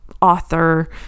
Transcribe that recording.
author